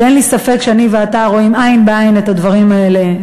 שאין לי ספק שאני ואתה רואים עין בעין את הדברים האלה,